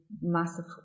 massive